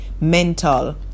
mental